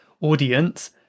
audience